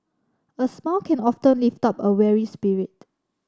a smile can often lift up a weary spirit